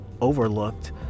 overlooked